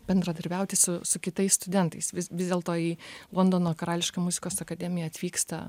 bendradarbiauti su su kitais studentais vis dėl to į londono karališkąją muzikos akademiją atvyksta